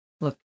look